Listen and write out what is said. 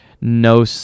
No